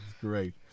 great